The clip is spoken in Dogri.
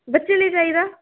बच्चे लेई चाहिदा